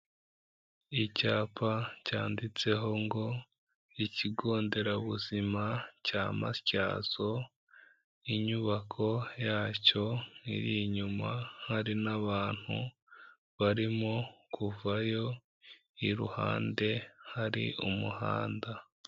Icyapa cyanditseho ngo Ikigo Nderabuzima cya Matyazo, inyubako yacyo iri inyuma hari n'abantu barimo kuvayo, iruhande hari umuhanda.